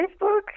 Facebook